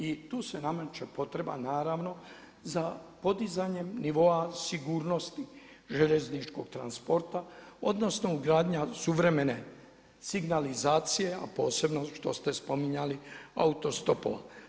I tu se nameće potreba, naravno za podizanjem nivoa sigurnosti željezničkog transporta odnosno ugradnja suvremene signalizacije a posebno što ste spominjali auto stopova.